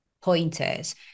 pointers